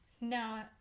No